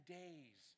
days